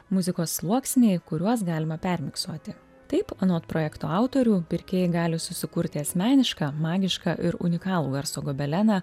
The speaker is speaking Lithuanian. muzikos sluoksniai kuriuos galima permiksuoti taip anot projekto autorių pirkėjai gali susikurti asmenišką magišką ir unikalų garso gobeleną